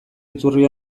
iturri